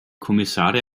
kommissare